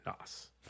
Nas